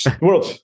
world